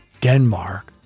Denmark